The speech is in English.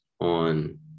on